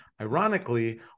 Ironically